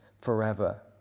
forever